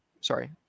sorry